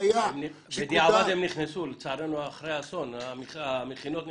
בדיעבד המכינות נכנסו,